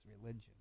religion